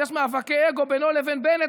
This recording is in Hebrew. ויש מאבקי אגו בינו לבין בנט,